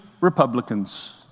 Republicans